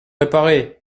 réparé